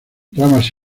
ramas